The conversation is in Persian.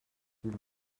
تشکیل